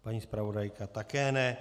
Paní zpravodajka také ne.